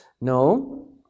No